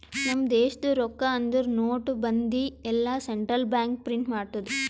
ನಮ್ ದೇಶದು ರೊಕ್ಕಾ ಅಂದುರ್ ನೋಟ್, ಬಂದಿ ಎಲ್ಲಾ ಸೆಂಟ್ರಲ್ ಬ್ಯಾಂಕ್ ಪ್ರಿಂಟ್ ಮಾಡ್ತುದ್